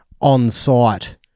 on-site